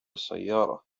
السيارة